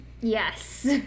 Yes